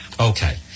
Okay